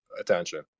attention